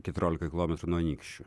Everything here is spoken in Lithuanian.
keturiolika kilometrų nuo anykščių